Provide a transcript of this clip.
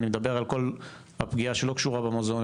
אני מדבר על כל הפגיעה שלא קשורה במוזיאון,